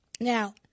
Now